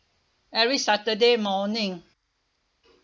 every saturday morning